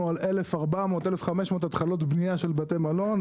על 1,400-1,500 התחלות בנייה של בתי מלון,